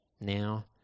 now